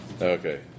Okay